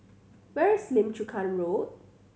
where is Lim Chu Kang Road